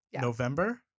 November